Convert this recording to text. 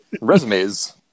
resumes